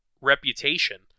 reputation